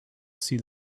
see